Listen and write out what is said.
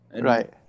Right